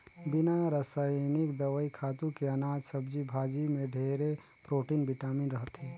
बिना रसइनिक दवई, खातू के अनाज, सब्जी भाजी में ढेरे प्रोटिन, बिटामिन रहथे